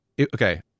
Okay